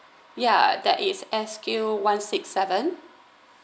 yeah that is S_Q one six seven